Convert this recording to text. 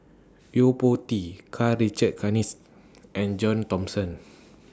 Yo Po Tee Karl Richard Hanitsch and John Thomson